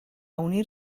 unir